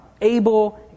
able